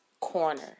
corner